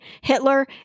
Hitler